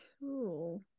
cool